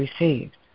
received